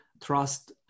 trust